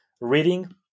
reading